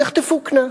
יחטפו קנס.